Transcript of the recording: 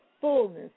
fullness